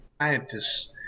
scientists